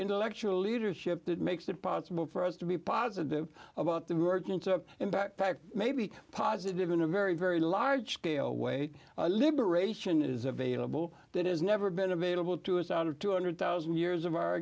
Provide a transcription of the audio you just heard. intellectual leadership that makes it possible for us to be positive about the workings of in fact may be positive in a very very large scale way liberation is available that is never been available to us out of two hundred thousand years of our